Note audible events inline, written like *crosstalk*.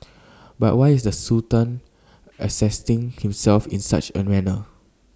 but why is the Sultan *unintelligible* himself in such A manner